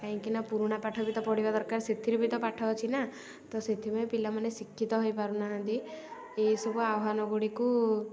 କାହିଁକି ନା ପୁରୁଣା ପାଠ ବି ତ ପଢ଼ିବା ଦରକାର ସେଥିରେ ବି ତ ପାଠ ଅଛି ନା ତ ସେଥିପାଇଁ ପିଲାମାନେ ଶିକ୍ଷିତ ହେଇପାରୁନାହାଁନ୍ତି ଏଇସବୁ ଆହ୍ୱାନଗୁଡ଼ିକୁ